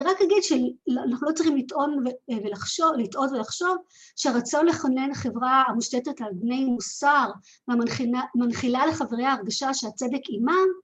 אני רק אגיד שאנחנו לא צריכים לטעות ולחשוב שהרצון לכונן חברה המושתתת על פני מוסר, והמנחילה לחבריה הרגשה שהצדק עימם